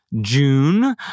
June